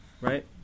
right